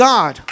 God